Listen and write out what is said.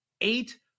eight